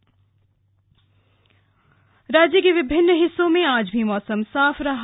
मौसम राज्य के विभिन्न हिस्सों में आज भी मौसम साफ रहा